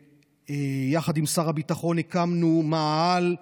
ויחד עם שר הביטחון הקמנו מאהל נוסף,